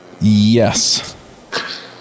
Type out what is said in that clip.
Yes